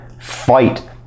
fight